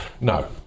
no